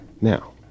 Now